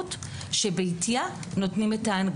מוגבלות שבעטיה נותנים את ההנגשה.